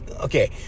Okay